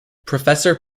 professor